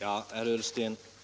Herr talman!